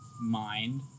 mind